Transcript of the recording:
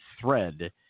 thread